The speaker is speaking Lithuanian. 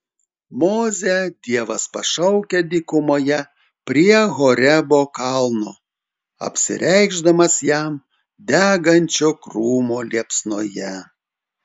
mozę dievas pašaukia dykumoje prie horebo kalno apsireikšdamas jam degančio krūmo liepsnoje